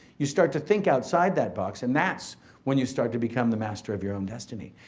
you start to think outside that box and that's when you start to become the master of your own destiny.